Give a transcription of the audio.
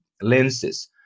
lenses